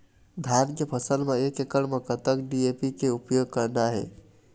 धान के फसल म एक एकड़ म कतक डी.ए.पी के उपयोग करना हे?